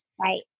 right